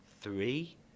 three